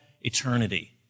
eternity